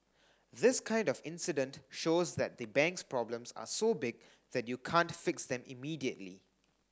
this kind of incident shows that the bank's problems are so big that you can't fix them immediately